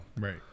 Right